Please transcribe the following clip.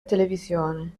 televisione